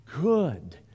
good